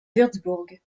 wurtzbourg